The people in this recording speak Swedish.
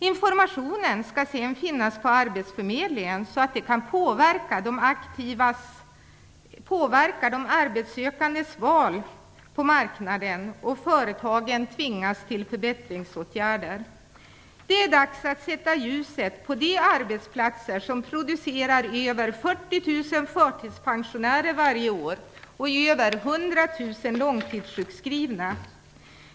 Informationen skall sedan finnas på arbetsförmedlingen, så att den kan påverka de arbetssökandes val på marknaden, och så att företagen tvingas till förbättringsåtgärder. Det är dags att sätta ljuset på de arbetsplatser som producerar över 40 000 förtidspensionärer varje år och över 100 000 långtidssjukskrivna.